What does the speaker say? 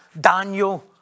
Daniel